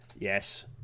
Yes